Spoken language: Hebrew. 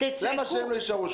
למה שהן לא יישארו?